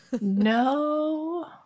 no